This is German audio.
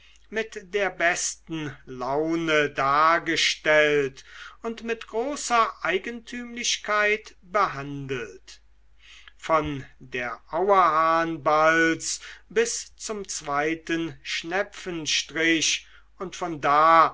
mit der besten laune dargestellt und mit großer eigentümlichkeit behandelt von der auerhahnbalz bis zum zweiten schnepfenstrich und von da